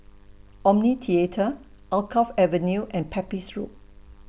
Omni Theatre Alkaff Avenue and Pepys Road